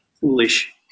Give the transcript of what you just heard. foolish